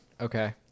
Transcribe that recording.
Okay